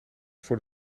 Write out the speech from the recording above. voor